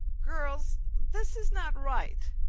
girls, this is not right.